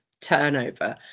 turnover